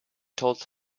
told